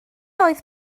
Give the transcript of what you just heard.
oedd